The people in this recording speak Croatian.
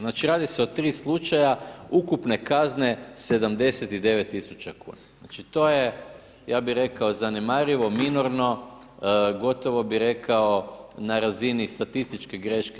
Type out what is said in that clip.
Znači radi se o tri slučaja ukupne kazne 79 tisuća kuna, Znači to je ja bi rekao, zanemarivo, minorno, gotovo bi rekao, na razini statističke greške.